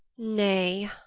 nay,